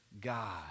God